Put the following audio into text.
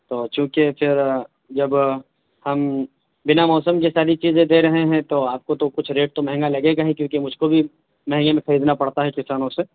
تو چوںکہ پھر جب ہم بنا موسم کے ساری چیزیں دے رہیں ہیں تو آپ کو تو کچھ ریٹ تو مہنگا لگے گا ہی کیوںکہ مجھ کو بھی مہنگے میں خریدنا پڑتا ہے کسانوں سے